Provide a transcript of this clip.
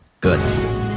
good